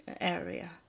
area